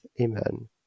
Amen